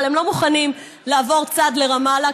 אבל הם לא מוכנים לעבור צד לרמאללה,